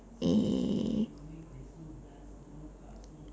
eh